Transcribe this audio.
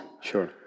Sure